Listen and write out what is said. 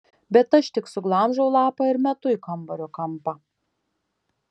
bet aš tik suglamžau lapą ir metu į kambario kampą